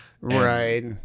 Right